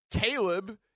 Caleb